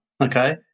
Okay